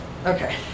Okay